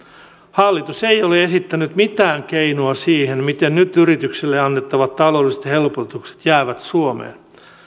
hallitus ei ole esittänyt mitään keinoa siihen miten nyt yrityksille annettavat taloudelliset helpotukset jäävät suomeen